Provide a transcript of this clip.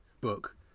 book